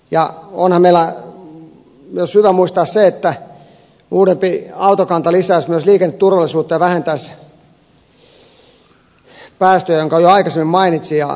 onhan meillä myös hyvä muistaa se että uudempi autokanta lisäisi myös liikenneturvallisuutta ja vähentäisi päästöjä minkä jo aikaisemmin mainitsin